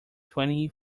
twenty